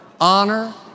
honor